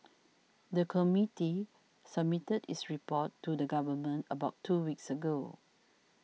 the committee submitted its report to the Government about two weeks ago